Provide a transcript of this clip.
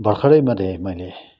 भर्खरै मात्रै मैले